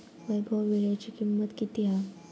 वैभव वीळ्याची किंमत किती हा?